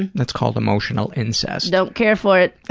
and that's called emotional incest. don't care for it.